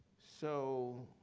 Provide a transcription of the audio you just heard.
so